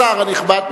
השר הנכבד,